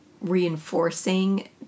reinforcing